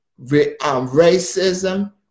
racism